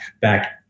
back